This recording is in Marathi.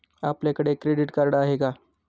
आपल्याकडे क्रेडिट कार्ड आहे का?